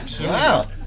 Wow